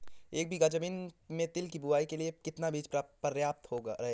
एक बीघा ज़मीन में तिल की बुआई के लिए कितना बीज प्रयाप्त रहेगा?